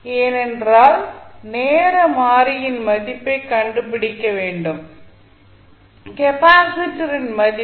ஏனென்றால் நேர மாறியின் மதிப்பை கண்டுபிடிக்க வேண்டும் கெப்பாசிட்டரின் மதிப்பு